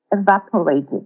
evaporated